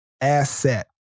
asset